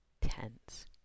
tense